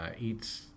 eats